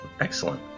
excellent